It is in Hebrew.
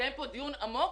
שיתקיים פה דיון עמוק,